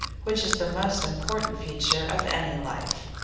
which is the most important feature of any life.